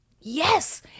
yes